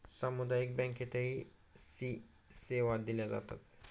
सामुदायिक बँकेतही सी सेवा दिल्या जातात